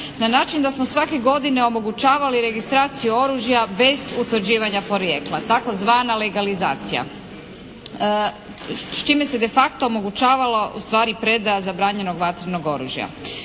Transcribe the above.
na način da smo svake godine omogućavali registraciju oružja bez utvrđivanja porijekla. Tzv. legalizacija s čime se de facto omogućavala u stvari predaja zabranjenog vatrenog oružja.